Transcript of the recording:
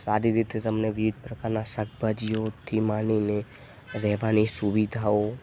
સારી રીતે તમને વિવિધ પ્રકારના શાકભાજીઓથી માંડીને રહેવાની સુવિધાઓ